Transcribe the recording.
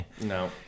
no